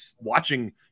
watching